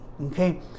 okay